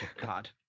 God